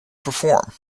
perform